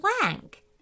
blank